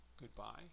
goodbye